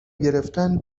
گرفتن